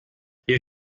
hier